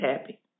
happy